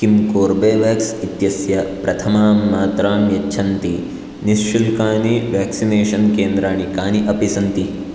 किं कोर्बेवाक्स् इत्यस्य प्रथमां मात्रां यच्छन्ति निःशुल्कानि व्याक्सिनेषन् केन्द्राणि कानि अपि सन्ति